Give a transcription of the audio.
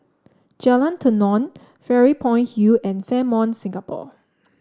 Jalan Tenon Fairy Point Hill and Fairmont Singapore